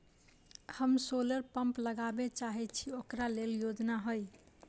हम solar pump लगाबै चाहय छी ओकरा लेल योजना हय?